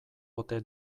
ote